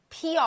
PR